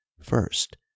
first